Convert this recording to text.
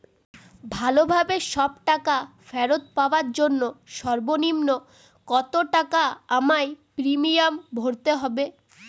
ভালোভাবে সব টাকা ফেরত পাওয়ার জন্য সর্বনিম্ন কতটাকা আমায় প্রিমিয়াম ভরতে হবে?